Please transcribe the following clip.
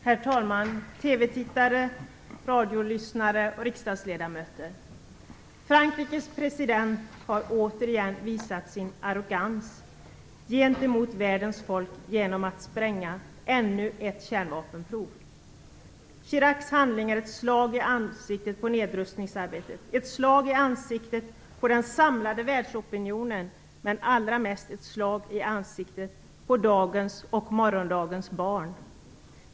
Herr talman, TV-tittare, radiolyssnare, riksdagsledamöter! Frankrikes president har återigen visat sin arrogans gentemot världens folk genom att spränga ännu ett kärnvapenprov. Chiracs handling är ett slag i ansiktet på nedrustningsarbetet, ett slag i ansiktet på den samlade världsopinionen, men allra mest ett slag i ansiktet på dagens och morgondagens barn.